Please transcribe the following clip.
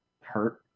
hurt